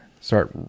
start